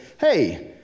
Hey